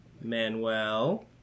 Manuel